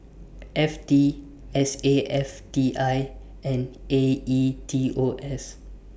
F T S A F T I and A E T O S